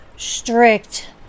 Strict